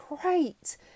great